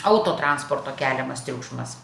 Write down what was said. autotransporto keliamas triukšmas